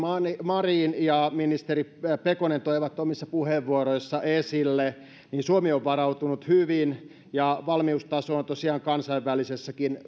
marin ja ministeri pekonen toivat omissa puheenvuoroissaan esille suomi on varautunut hyvin ja valmiustaso on tosiaan kansainvälisessäkin